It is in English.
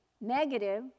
negative